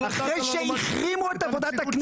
לא נתתם לנו מה שהגיע לנו ולכן אנחנו עושים את העבודה במליאה.